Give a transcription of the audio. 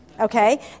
okay